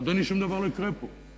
אדוני, שום דבר לא יקרה פה.